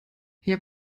hier